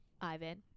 Ivan